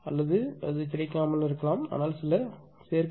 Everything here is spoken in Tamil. யாக கிடைக்காது ஆனால் சில சேர்க்கைகள்